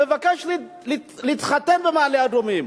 במעלה-אדומים, מבקש להתחתן במעלה-אדומים,